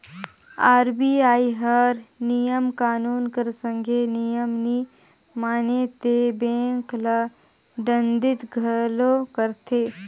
RBI हर नियम कानून कर संघे नियम नी माने ते बेंक ल दंडित घलो करथे